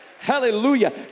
Hallelujah